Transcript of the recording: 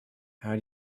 how